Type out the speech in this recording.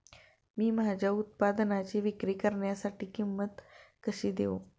मी माझ्या उत्पादनाची विक्री करण्यासाठी किंमत कशी देऊ?